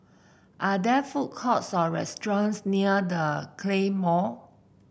are there food courts or restaurants near The Claymore